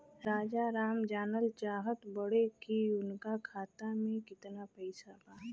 राजाराम जानल चाहत बड़े की उनका खाता में कितना पैसा बा?